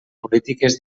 polítiques